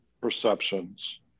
perceptions